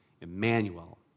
Emmanuel